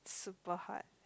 super hard